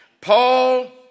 Paul